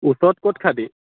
ওচৰত ক'ত খাবি